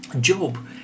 Job